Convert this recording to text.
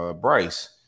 Bryce